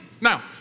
Now